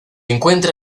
encuentra